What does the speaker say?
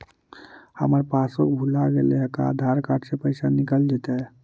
हमर पासबुक भुला गेले हे का आधार कार्ड से पैसा निकल जितै?